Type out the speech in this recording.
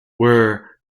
were